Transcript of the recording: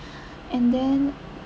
and then